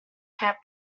have